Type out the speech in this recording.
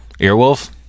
Earwolf